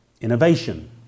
Innovation